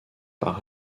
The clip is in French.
par